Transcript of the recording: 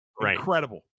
Incredible